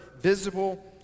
visible